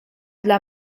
dla